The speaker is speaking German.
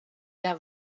der